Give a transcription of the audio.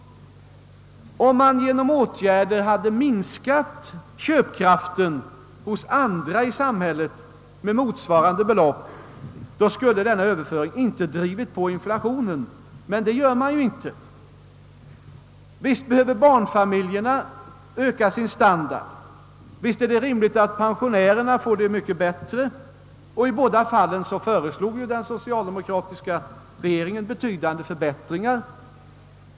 Om man genom åtgärder hade minskat andra samhällsgruppers köpkraft med motsvarande belopp, skulle denna överföring inte drivit på inflationen, men detta gör man ju inte. Visst behöver barnfamiljerna höja sin standard, visst är det rimligt att pensionärerna får det mycket bättre, och i båda dessa avseenden föreslog ju den socialdemokratiska regeringen betydande «förbättringar.